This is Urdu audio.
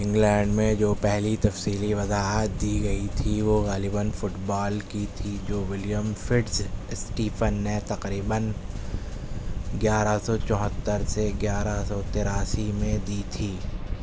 انگلینڈ میں جو پہلی تفصیلی وضاحت دی گئی تھی وہ غالباً فٹ بال کی تھی جو ولیم فٹز اسٹیفن نے تقریباً گیارہ سو چوہتر سے گیارہ سو تراسی میں دی تھی